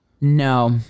No